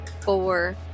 Four